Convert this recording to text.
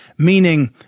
Meaning